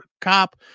cop